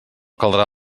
caldrà